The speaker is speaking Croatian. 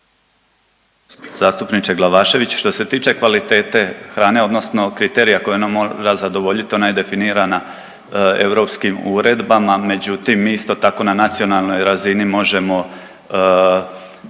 Zastupniče Glavašević, što se tiče kvalitete hrane odnosno kriterija koje ona mora zadovoljit ona je definirana europskim uredbama, međutim mi isto tako na nacionalnoj razini možemo